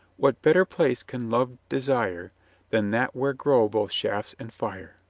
what better place can love desire than that where grow both shafts and fire?